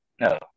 no